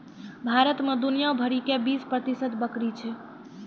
भारत मे दुनिया भरि के बीस प्रतिशत बकरी छै